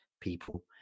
people